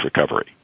recovery